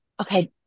okay